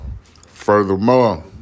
furthermore